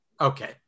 okay